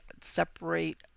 separate